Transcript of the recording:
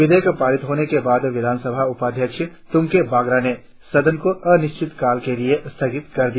विधेयक पारित होने के बाद विधानसभा उपाध्यक्ष तुमके बागरा ने सदन को अनिश्चित काल के लिए स्थगित कर दिया